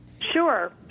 Sure